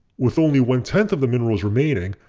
with only one tenth of the minerals remaining,